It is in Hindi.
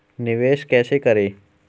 निवेश कैसे करें?